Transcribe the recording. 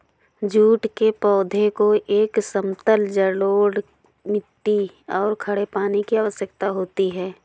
jute के पौधे को एक समतल जलोढ़ मिट्टी और खड़े पानी की आवश्यकता होती है